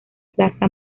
plaza